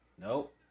Nope